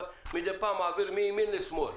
אבל מדי פעם מעביר מימין לשמאל.